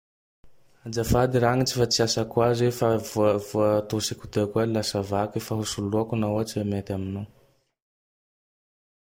Azafady ragnitse tsy asako azy igny fa voa-voatosiky teo koa lasa vaky fa ho soloako nao ohatse mety aminao.